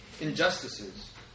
injustices